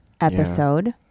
episode